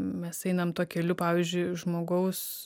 mes einam tuo keliu pavyzdžiui žmogaus